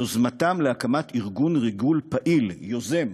יוזמתם להקמת ארגון ריגול פעיל, יוזם